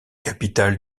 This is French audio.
capitale